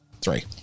Three